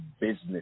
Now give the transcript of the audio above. business